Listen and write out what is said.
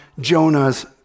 Jonah's